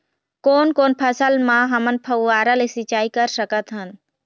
कोन कोन फसल म हमन फव्वारा ले सिचाई कर सकत हन?